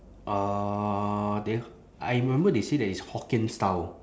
uhh they I remember they say that it's hokkien style